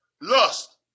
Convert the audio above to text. lust